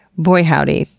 boy howdy,